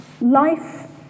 Life